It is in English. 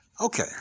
Okay